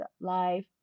life